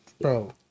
Bro